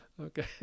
Okay